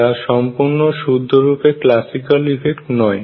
যা সম্পূর্ণ শুদ্ধরূপে ক্লাসিক্যাল ইফেক্ট নয়